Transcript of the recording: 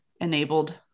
enabled